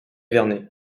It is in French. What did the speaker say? vernay